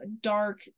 dark